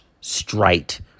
straight